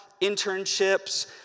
internships